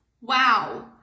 Wow